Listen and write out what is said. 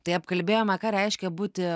tai apkalbėjome ką reiškia būti